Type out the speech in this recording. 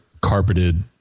carpeted